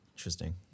Interesting